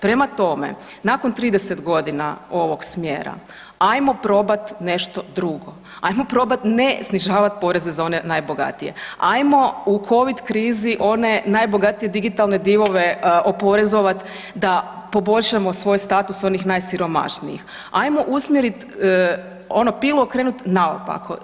Prema tome, nakon 30.g. ovog smjera ajmo probat nešto drugo, ajmo probat ne snižavat poreze za one najbogatije, ajmo u covid krizi one najbogatije digitalne divove oporezovat da poboljšamo svoj status onih najsiromašnijih, ajmo usmjerit ono pilu okrenut naopako.